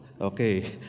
Okay